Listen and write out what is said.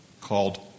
called